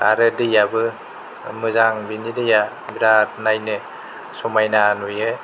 आरो दैयाबो मोजां बिनि दैया बिराद नायनो समायना नुयो